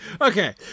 okay